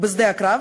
בשדה הקרב